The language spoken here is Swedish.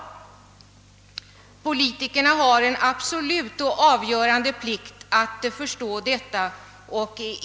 Politikerna har en absolut och avgörande plikt att inse detta.